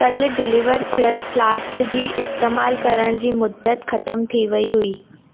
कल्ह डिलीवर थियल फ़्लासक जी इस्तेमालु करण जी मुदतु ख़तम थी वई हुई